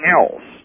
else